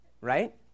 right